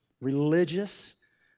Religious